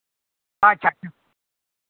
ᱟᱪᱪᱷᱟ ᱟᱪᱪᱷᱟ